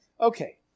Okay